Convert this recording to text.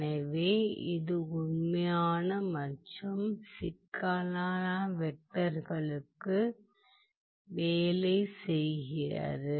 எனவே இது உண்மையான மற்றும் சிக்கலான வெக்டர்களுக்கு வேலை செய்கிறது